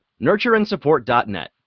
nurtureandsupport.net